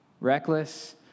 Reckless